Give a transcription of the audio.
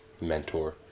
mentor